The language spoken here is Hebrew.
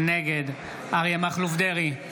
נגד אריה מכלוף דרעי,